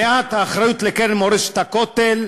למעט האחריות לקרן מורשת הכותל,